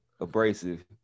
abrasive